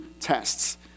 tests